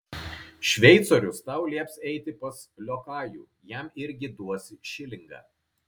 šveicorius tau lieps eiti pas liokajų jam irgi duosi šilingą